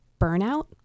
burnout